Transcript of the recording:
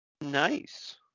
Nice